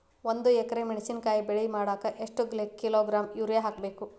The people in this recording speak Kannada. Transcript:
ಒಂದ್ ಎಕರೆ ಮೆಣಸಿನಕಾಯಿ ಬೆಳಿ ಮಾಡಾಕ ಎಷ್ಟ ಕಿಲೋಗ್ರಾಂ ಯೂರಿಯಾ ಹಾಕ್ಬೇಕು?